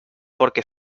porque